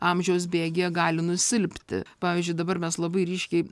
amžiaus bėgyje gali nusilpti pavyzdžiui dabar mes labai ryškiai